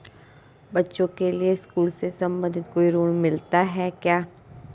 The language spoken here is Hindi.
बच्चों के लिए स्कूल से संबंधित कोई ऋण मिलता है क्या?